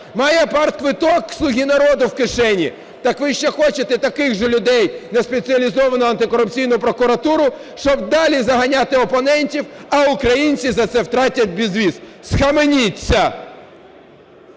має партквиток "Слуги народу" в кишені. Так ви ще хочете таких же людей в Спеціалізовану антикорупційну прокуратуру, щоб далі заганяти опонентів, а українці за це втратять безвіз. Схаменіться!